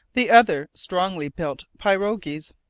the other strongly-built pirogues.